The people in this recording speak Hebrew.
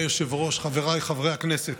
היושב-ראש, חבריי חברי הכנסת,